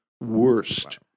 worst